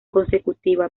consecutiva